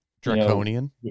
Draconian